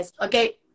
Okay